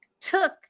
took